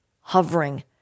hovering